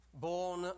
born